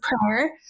prayer